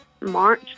March